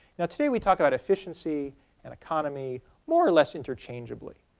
now today we talk about efficiency and economy more or less interchangeably,